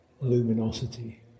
luminosity